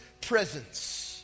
presence